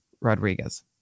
Rodriguez